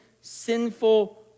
sinful